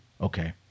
okay